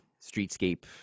streetscape